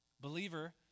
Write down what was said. Believer